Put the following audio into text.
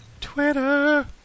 Twitter